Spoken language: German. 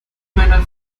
meiner